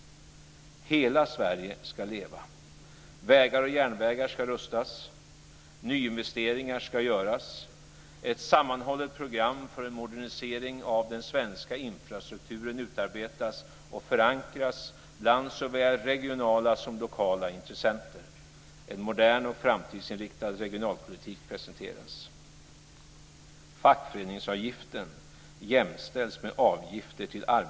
· Hela Sverige ska leva. Vägar och järnvägar ska rustas upp över hela landet. Nyinvesteringar ska göras. Ett sammanhållet program för en modernisering av den svenska infrastrukturen utarbetas och förankras bland såväl regionala som lokala intressenter. En modern och framtidsinriktad regionalpolitik presenteras.